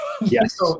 yes